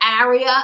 area